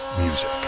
music